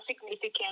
significant